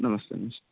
नमस्ते